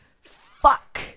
Fuck